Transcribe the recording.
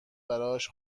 براش